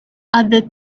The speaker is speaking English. other